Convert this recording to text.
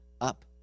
up